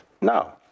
No